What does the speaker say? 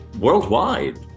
worldwide